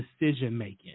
decision-making